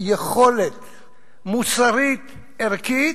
יכולת מוסרית, ערכית.